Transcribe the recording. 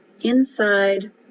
inside